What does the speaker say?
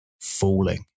falling